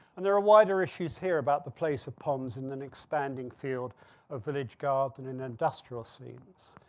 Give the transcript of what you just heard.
and there are wider issues here about the place of ponds and then expanding field of village garden and industrial scenes.